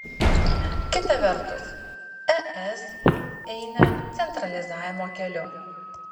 kita vertus es eina centralizavimo keliu